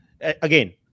again